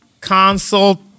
consult